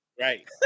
Right